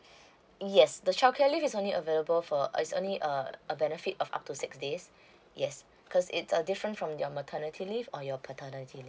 yes the childcare leave is only available for is only a a benefit of up to six days yes because it's err different from your maternity leave or your paternity leave